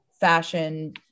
fashion